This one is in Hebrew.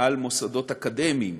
על מוסדות אקדמיים,